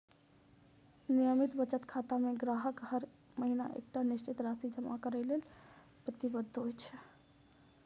नियमित बचत खाता मे ग्राहक हर महीना एकटा निश्चित राशि जमा करै लेल प्रतिबद्ध होइ छै